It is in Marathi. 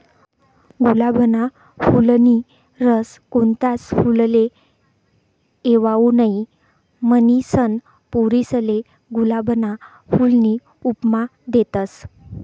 गुलाबना फूलनी सर कोणताच फुलले येवाऊ नहीं, म्हनीसन पोरीसले गुलाबना फूलनी उपमा देतस